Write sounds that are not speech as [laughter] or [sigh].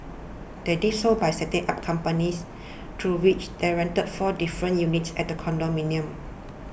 they did so by setting up companies [noise] through which there rented four different units at condominium